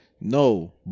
No